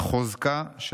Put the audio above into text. חוזקה של